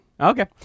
Okay